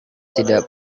tidak